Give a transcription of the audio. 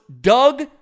Doug